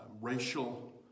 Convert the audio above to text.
racial